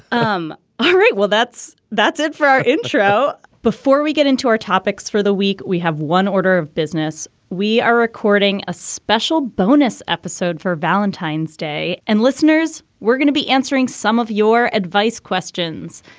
um all right. well, that's that's it for our intro. before we get into our topics for the week, we have one order of business. we are recording a special bonus episode for valentine's day. and listeners, we're gonna be answering some of your advice questions.